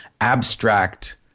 abstract